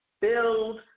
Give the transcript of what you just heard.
build